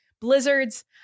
blizzards